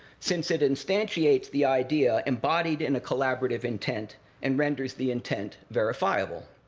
since it instantiates the idea embodied in a collaborative intent and renders the intent verifiable.